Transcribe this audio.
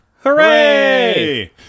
Hooray